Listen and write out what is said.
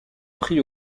prix